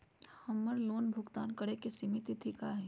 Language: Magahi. हमर लोन भुगतान करे के सिमित तिथि का हई?